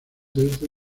desde